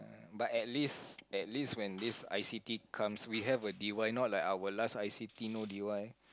but at least at least when this i_c_t comes we have a d_y know let our last i_c_t know d_y